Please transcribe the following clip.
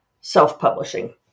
self-publishing